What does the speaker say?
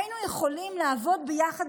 היינו יכולים לעבוד ביחד,